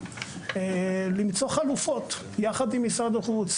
למצוא חלופות יחד עם משרד החוץ.